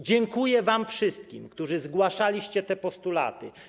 Dziękuję wam wszystkim, którzy zgłaszaliście te postulaty.